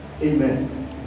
Amen